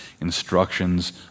instructions